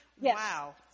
Wow